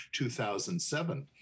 2007